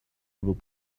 able